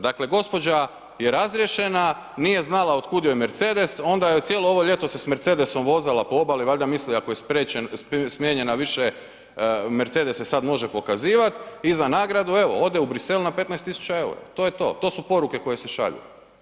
Dakle, gospođa je razriješena, nije znala otkud joj Mercedes, onda je cijelo ovo ljeto se s Mercedosom vozala po obali, valjda misli ako je smijenjena više, Mercedes se sad može pokazivat i za nagradu evo ode u Brisel na 15.000,00 EUR-a, to je to, to su poruke koje se šalju.